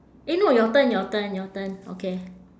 eh no your turn your turn your turn okay